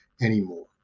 anymore